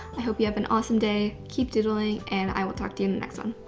i hope you have an awesome day, keep doodling, and i will talk to you in the next one,